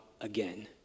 again